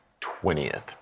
20th